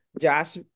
Josh